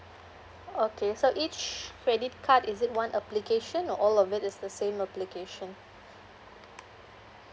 okay so each credit card is it one application or all of it's the same application